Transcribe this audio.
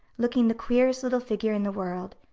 looking the queerest little figure in the world,